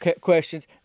questions